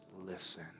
listen